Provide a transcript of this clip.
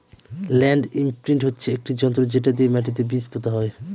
land imprint হচ্ছে একটি যন্ত্র যেটা দিয়ে মাটিতে বীজ পোতা হয়